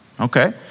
Okay